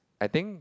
I think